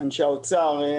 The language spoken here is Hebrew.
אנשי משרד האוצר.